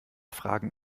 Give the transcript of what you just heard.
fragen